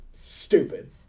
stupid